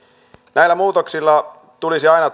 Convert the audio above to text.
näillä muutoksilla tulisi aina